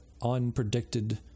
unpredicted